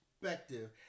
perspective